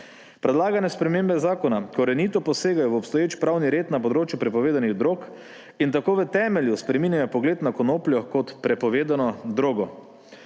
Predlagane spremembe zakona korenito posegajo v obstoječ pravni red na področju prepovedanih drog in tako v temelju spreminjajo pogled na konopljo kot prepovedano drogo.